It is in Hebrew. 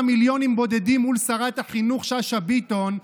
מיליונים בודדים מול שרת החינוך שאשא ביטון.